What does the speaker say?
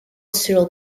cyril